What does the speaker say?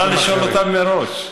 את יכולה לשאול אותה מראש.